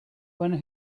when